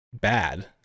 bad